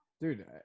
Dude